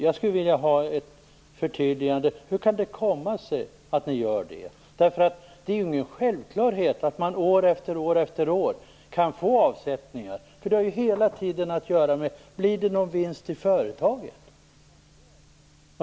Jag skulle vilja ha ett förtydligande. Hur kan det komma sig att ni gör det? Det är ju ingen självklarhet att man år efter år kan göra avsättningar. Det har ju hela tiden att göra med om det blir någon vinst i företaget.